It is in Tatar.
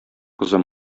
кызым